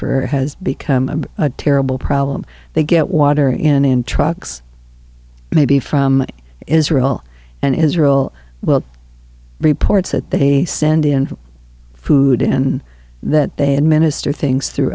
for it has become a terrible problem they get water in and trucks maybe from israel and israel well reports that they send in food and that they administer things through